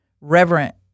reverent